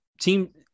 team